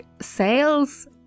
Sales